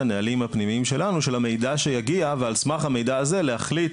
של המידע שיגיע ועל סמך המידע הזה להחליט